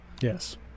Yes